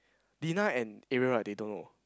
Dina and Ariel right they don't know